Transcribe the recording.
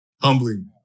humbling